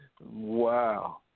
Wow